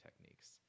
techniques